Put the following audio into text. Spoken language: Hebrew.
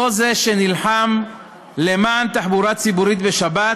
אותו זה שנלחם למען תחבורה ציבורית בשבת